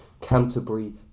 Canterbury